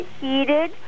heated